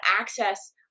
access